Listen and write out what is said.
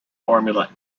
formula